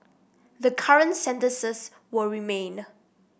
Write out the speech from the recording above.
the current sentences will remained